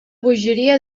bogeria